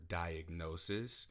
diagnosis